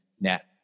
net